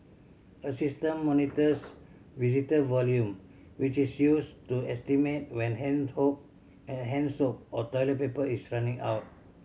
a system monitors visitor volume which is used to estimate when hand and hand soap or toilet paper is running out